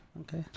Okay